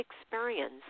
experience